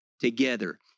together